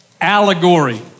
allegory